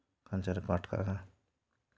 ᱠᱷᱟᱧᱪᱟ ᱨᱮᱠᱚ ᱟᱴᱠᱟᱜᱼᱟ